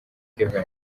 kevin